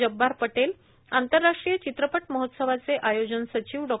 जब्बार पटेल आंतरराष्ट्रीय चित्रपट महोत्सवाचे आयोजन सचिव डॉ